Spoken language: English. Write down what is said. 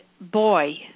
boy